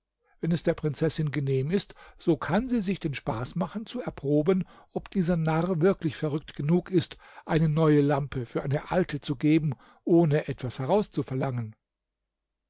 wenn es der prinzessin genehm ist so kann sie sich den spaß machen zu erproben ob dieser narr wirklich verrückt genug ist eine neue lampe für eine alte zu geben ohne etwas heraus zu verlangen